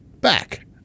back